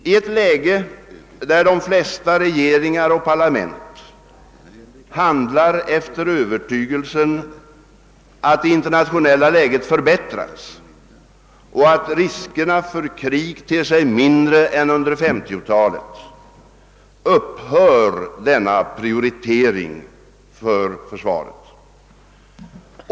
I ett läge, där de flesta regeringar och parlament handlar efter övertygelsen att det internationella läget förbättrats och att riskerna för krig ter sig mindre än under 1950-talet, upphör denna prioritering av försvaret.